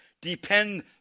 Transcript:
depend